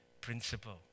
principle